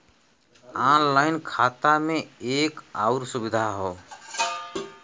online खाता में एक आउर सुविधा हौ